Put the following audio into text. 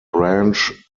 branch